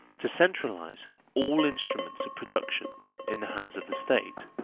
to centralise all instruments of production in the hands of the state,